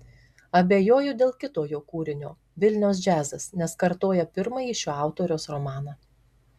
abejoju dėl kito jo kūrinio vilniaus džiazas nes kartoja pirmąjį šio autoriaus romaną